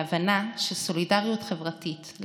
הוא ההבנה שסולידריות חברתית,